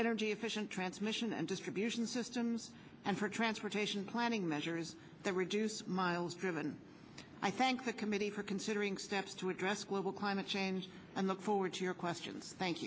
energy efficient transmission and distribution systems and for transportation planning measures that reduce miles driven i thank the committee for considering steps to address global climate change and look forward to your questions thank